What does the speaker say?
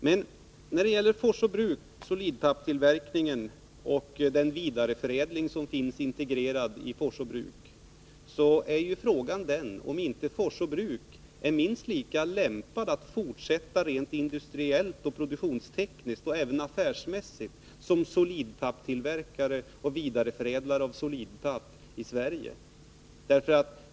Men frågan är om inte Forsså Bruk industriellt, produktionstekniskt och affärsmässigt är minst lika lämpat att fortsätta som solidpappstillverkare och vidareförädlare av solidpapp i Sverige.